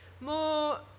more